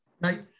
right